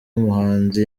umuhanzi